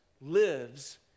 lives